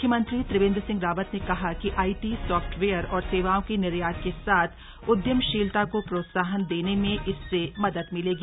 मुख्यमंत्री त्रिवेद्र सिंह रावत ने कहा कि आईटी सॉफ्टवेयर और सेवाओं के निर्यात के साथ उद्यमशीलता को प्रोत्साहन देने में इससे मदद मिलेगी